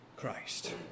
Christ